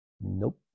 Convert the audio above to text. Nope